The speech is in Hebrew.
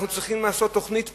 אנחנו צריכים לעשות תוכנית פעולה,